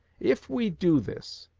if we do this,